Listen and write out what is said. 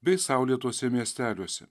bei saulėtuose miesteliuose